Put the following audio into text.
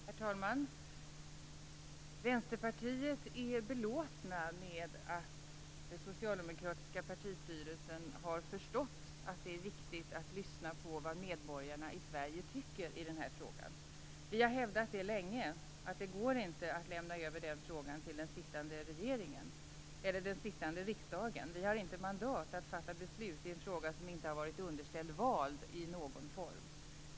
Herr talman! Vi i Vänsterpartiet är belåtna med att den socialdemokratiska partistyrelsen har förstått att det är viktigt att lyssna på vad medborgarna i Sverige tycker i denna fråga. Vi har länge hävdat att det inte går att lämna över den frågan till den sittande regeringen eller den sittande riksdagen. Vi har inte mandat att fatta beslut i en fråga som inte har varit underställd val i någon form.